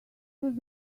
was